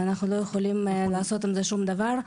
ואנחנו לא יכולים לעשות עם זה שום דבר.